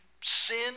sin